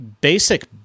basic